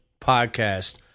podcast